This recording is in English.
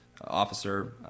officer